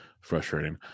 frustrating